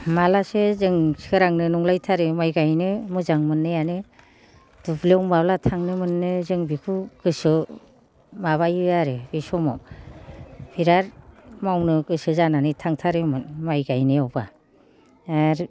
मालासो जों सोरांनो नंलायथारो माय गायनो मोजां मोननायानो दुब्लियाव माब्ला थांनो मोन्नो जों बेखौ गोसोयाव माबायो आरो बे समाव बिराद मावनो गोसो जानानै थांथारोमोन माय गायनायावबा आरो